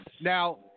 Now